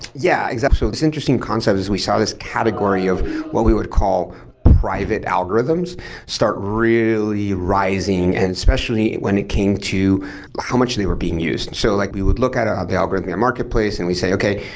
yeah, exactly. this interesting concept is we saw this category of what we would call private algorithms start really rising and especially when it came to how much they were being used. and so like we would look at ah the algorithmia marketplace and we say, okay,